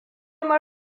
mun